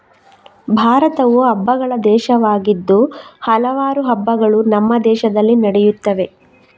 ಭಾರತವು ಹಬ್ಬಗಳ ದೇಶವಾಗಿದ್ದು ಹಲವಾರು ಹಬ್ಬಗಳು ನಮ್ಮ ದೇಶದಲ್ಲಿ ನಡೆಯುತ್ತವೆ